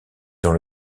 dans